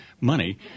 Money